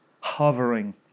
hovering